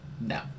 no